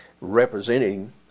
representing